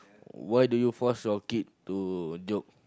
why do you force your kid to jog